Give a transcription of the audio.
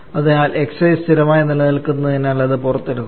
അതിനാൽxi സ്ഥിരമായി നിലനിൽക്കുന്നതിനാൽ അത് പുറത്തെടുക്കുന്നു